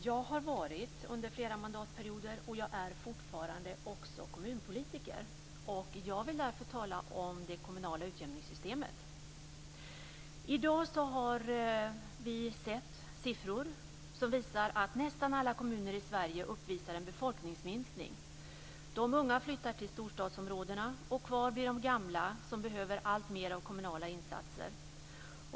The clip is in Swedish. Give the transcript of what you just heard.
Fru talman! Jag har under flera mandatperioder varit, och är fortfarande, också kommunpolitiker. Jag vill därför tala om det kommunala utjämningssystemet. I dag har vi sett siffror som visar att nästan alla kommuner i Sverige uppvisar en befolkningsminskning. De unga flyttar till storstadsområdena, och kvar blir de gamla som behöver alltmer av kommunala insatser.